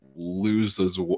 Loses